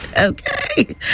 Okay